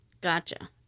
Gotcha